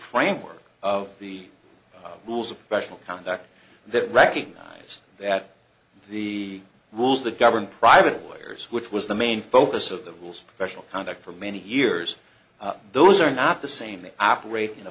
prank work of the rules of professional conduct that recognize that the rules that govern private lawyers which was the main focus of the rules professional conduct for many years those are not the same they operate in a